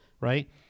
right